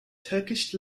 turkish